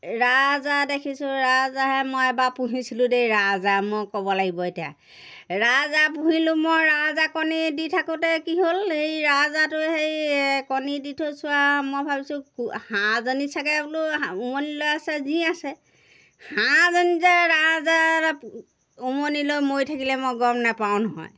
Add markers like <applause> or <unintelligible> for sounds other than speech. ৰাজহাঁহ দেখিছোঁ ৰাজহাঁহে মই এবাৰ পুহিছিলোঁ দেই ৰাজহাঁহ মই ক'ব লাগিব এতিয়া ৰাজহাঁহ পুহিলোঁ এই ৰাজহাঁহ কণী দি থাকোঁতেই কি হ'ল এই ৰাজহাঁহটোৱে এই হেৰি কণী দি থৈছোঁ আৰু মই ভাবিছোঁ <unintelligible> হাঁহজনী চাগৈ বোলো <unintelligible> উমনি লৈ আছে জী আছে হাঁহজনী যে ৰাজহাঁহ <unintelligible> উমনি লৈ মৰি থাকিলে মই গম নাপাওঁ নহয়